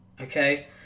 okay